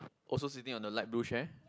also sitting on the light blue chair